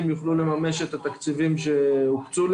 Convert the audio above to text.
יש שם תשע אפשרויות לגשת למסלול הזה, אם זה מעסיק,